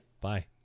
bye